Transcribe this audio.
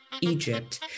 Egypt